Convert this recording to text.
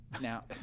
Now